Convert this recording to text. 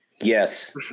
Yes